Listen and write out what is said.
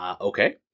Okay